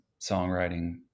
songwriting